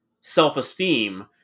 self-esteem